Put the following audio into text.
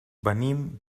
venim